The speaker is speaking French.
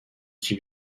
qui